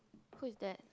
who is that